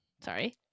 sorry